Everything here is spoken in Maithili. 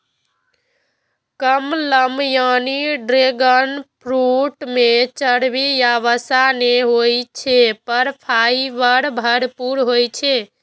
कमलम यानी ड्रैगन फ्रूट मे चर्बी या वसा नै होइ छै, पर फाइबर भरपूर होइ छै